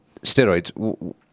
Steroids